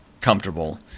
comfortable